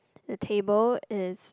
the table is